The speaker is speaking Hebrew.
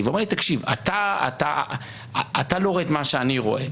ואומר לי: אתה לא רואה את מה שאני רואה,